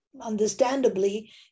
understandably